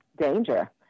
danger